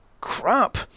crap